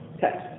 text